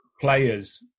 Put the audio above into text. players